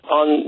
on